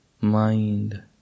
mind